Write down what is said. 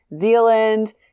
Zealand